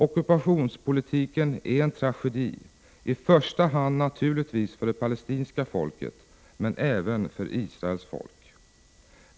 Ockupationspolitiken är en tragedi, i första hand naturligtvis för det palestinska folket, men även för Israels folk.